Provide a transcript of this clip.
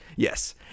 Yes